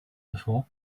before